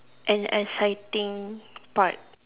an exciting part